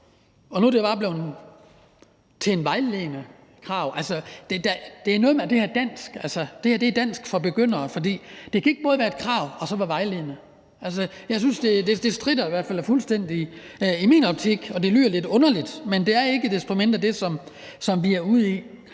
men nu er det bare blevet til et vejledende krav. Altså, det her er dansk for begyndere. Det kan ikke både være et krav og så være vejledende. I min optik stritter det fuldstændig, og det lyder lidt underligt. Men det er ikke desto mindre det, vi er ude i.